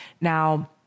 Now